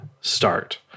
start